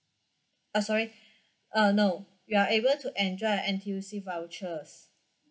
uh sorry uh no you are able to enjoy a N_T_U_C vouchers